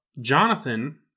Jonathan